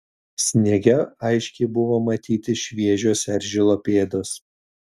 sniege aiškiai buvo matyti šviežios eržilo pėdos